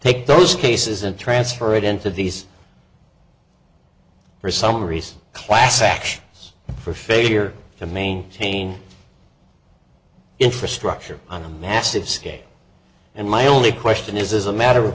take those cases and transfer it into these for some reason class actions for failure to maintain infrastructure on a massive scale and my only question is as a matter of